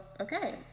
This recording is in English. okay